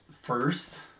First